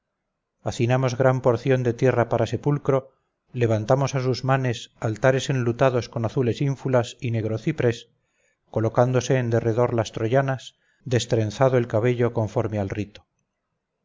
hacinamos gran porción de tierra para sepulcro levantamos a sus manes altares enlutados con azules ínfulas y negro ciprés colocándose en derredor las troyanas destrenzado el cabello conforme al rito